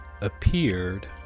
appeared